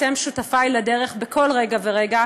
אתם שותפי לדרך בכל רגע ורגע.